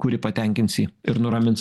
kuri patenkins jį ir nuramins